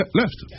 left